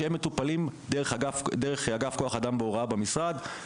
שהם מטופלים דרך אגף כוח אדם בהוראה במשרד,